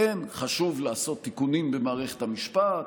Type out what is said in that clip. כן, חשוב לעשות תיקונים במערכת המשפט,